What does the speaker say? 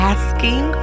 Asking